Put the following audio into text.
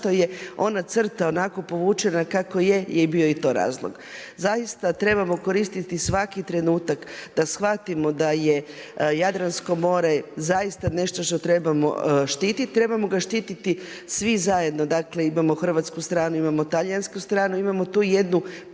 zašto je ona crta onako povučena kako je, je bio i to razlog. Zaista trebamo koristiti svaki trenutak da shvatimo da je Jadransko more zaista nešto što trebamo štititi, trebamo ga štititi svi zajedno. Dakle imamo hrvatsku stranu, imamo talijansku stranu, imamo tu jednu